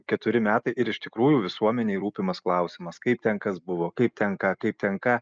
keturi metai ir iš tikrųjų visuomenei rūpimas klausimas kaip ten kas buvo kaip ten ką kaip ten ką